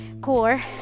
core